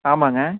ஆமாம்ங்க